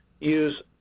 use